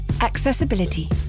Accessibility